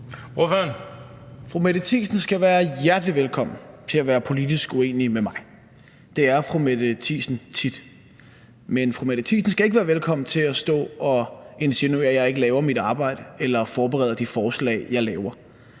Fru Mette Thiesen skal være hjertelig velkommen til at være politisk uenig med mig, og det er fru Mette Thiesen tit. Men fru Mette Thiesen skal ikke være velkommen til at stå og insinuere, at jeg ikke laver mit arbejde eller forbereder de forslag, jeg laver.